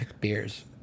beers